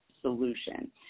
solution